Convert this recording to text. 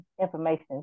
information